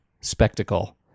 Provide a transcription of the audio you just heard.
spectacle